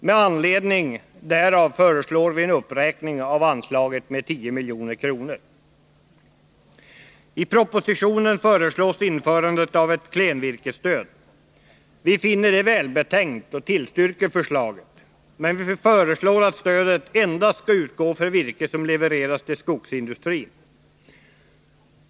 Med anledning därav föreslår vi en uppräkning av anslaget med 10 milj.kr. I propositionen föreslås införandet av ett klenvirkesstöd. Vi finner' det välbetänkt och tillstyrker förslaget, men vi föreslår att stödet endast skall utgå för virke som levereras till skogsindustrin.